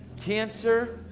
cancer,